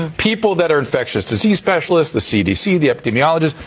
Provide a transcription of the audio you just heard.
um people that are infectious disease specialist, the cdc, the epidemiologist,